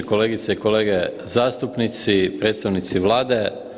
Kolegice i kolege zastupnici, predstavnici Vlade.